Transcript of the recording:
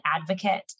advocate